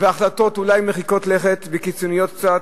החלטות אולי מרחיקות לכת וקיצוניות קצת.